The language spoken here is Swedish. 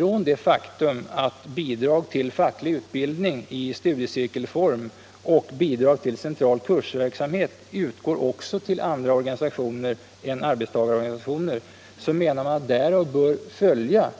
Av det faktum att bidrag till facklig utbildning i studiecirkelform och bidrag till central kursverksamhet utgår också till andra organisationer än arbetstagarorganisationer, menar man, bör följa